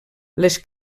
les